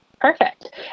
Perfect